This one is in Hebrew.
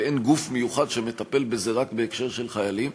ואין גוף מיוחד שמטפל בזה רק בהקשר של חיילים,